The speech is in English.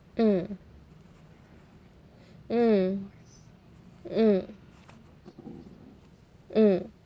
mm mm mm mm